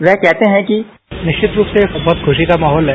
वह कहते हैं कि बाइट निश्चित रूप से बहुत खुशी का माहौल है